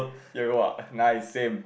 yellow ah nice same